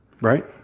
right